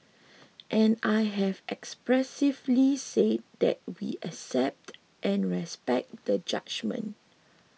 and I have expressively said that we accept and respect the judgement